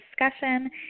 discussion